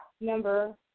number